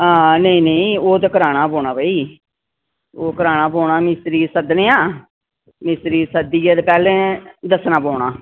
हां नेईं नेईं ओह् ते कराना गै पौना भाई ओह् कराना पौना मिस्त्री गी सद्धने आं मिस्त्री गी सद्धियै ते पैह्लें दस्सना पौना